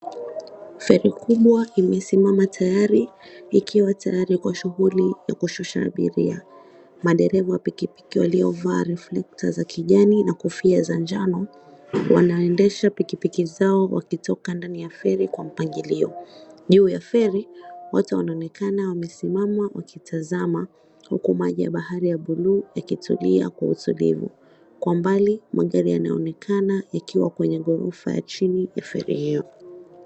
Feri kubwa imesimama tayari, ikiwa tayari kwa shughuli za kushusha abiria. Madereva wa pikipiki waliovaa reflector za kijani na kofia za njano, wanaendesha pikipiki zao wakitoka ndani ya feri kwa mpangilio, juu ta feri, watu wanaonekana wamesimama wakitazama huku maji ya bahari ya buluu ikitulia kwa utulivu, kwa umbali magari yanaonekana ikiwa kwenye gorofa ya chini ya feri hiyo.